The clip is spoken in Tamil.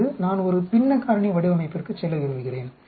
இப்போது நான் ஒரு பின்ன காரணி வடிவமைப்பிற்கு செல்ல விரும்புகிறேன்